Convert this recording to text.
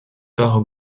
par